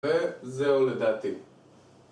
וזהו לדעתי